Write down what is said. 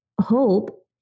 hope